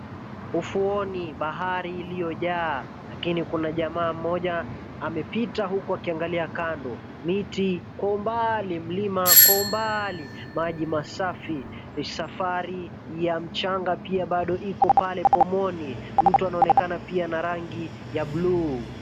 Ufuoni bahari iliyojaa. Lakini kuna jamaa mmoja amepita huku akiangalia kando. Miti kwa umbali, mlima kwa umbali, maji masafi. Misafari ya mchanga pia bado iko pale pomoni. Mtu anaonekana pia na rangi ya blue .